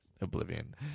oblivion